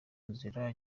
nzira